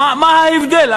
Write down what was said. מה ההבדל?